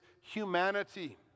humanity